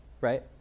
right